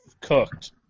cooked